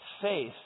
Faith